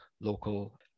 local